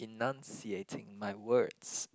enunciating my words